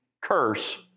curse